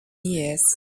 years